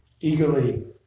eagerly